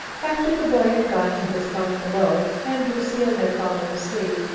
after the boy had gone to his bunk below, and lucile had fallen asleep,